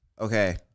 Okay